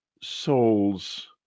souls